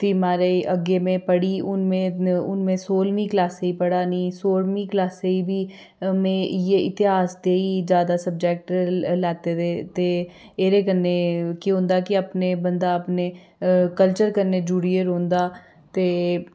ते महाराज अग्गें में पढ़ी हून में हून में सोह्लमीं क्लासै च पढ़ै नी सोह्लमीं क्लासै च बी में इ'यै इतेहास दे ही ज्यादा सब्जैक्ट लैते दे ते एह्दे कन्नै केह् होंदा कि अपने बंदा अपने कल्चर कन्नै जुड़ियै रौंह्दा ते